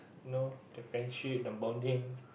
no the friendship the bonding